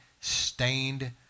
stained